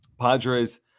Padres